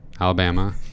Alabama